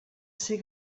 ser